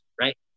right